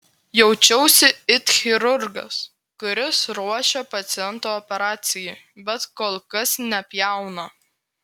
jaučiausi it chirurgas kuris ruošia pacientą operacijai bet kol kas nepjauna